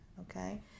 okay